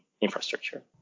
infrastructure